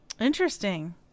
Interesting